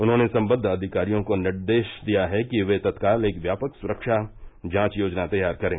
उन्होंने संबद्व अधिकारियों को निर्देश दिया है कि ये तत्काल एक व्यापक सुरक्षा जांच योजना तैयार करे